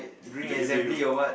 in a_v_a room